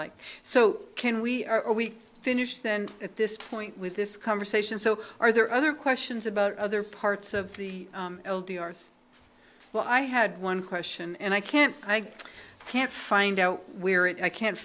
like so can we are we finish then at this point with this conversation so are there other questions about other parts of the earth well i had one question and i can't i can't find out where it i can't